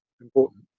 important